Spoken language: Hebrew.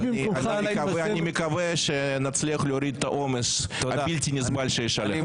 אני מקווה שנצליח להוריד את העומס הבלתי נסבל שיש עליך.